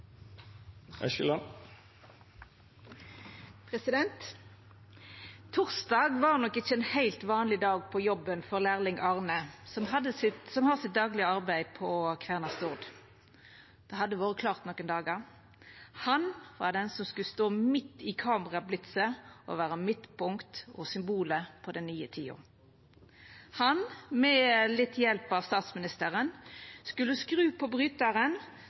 ein heilt vanleg dag på jobben for lærlingen Arne, som har sitt daglege arbeid på Kværner Stord. Det hadde vore klart nokre dagar at han var den som skulle stå midt i kamerablitsen og vera midtpunkt og symbolet på den nye tida. Han, med litt hjelp av statsministeren, skulle skru på brytaren